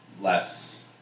less